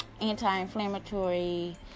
anti-inflammatory